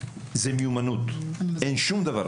זה מיומנות, אין שום דבר אחר.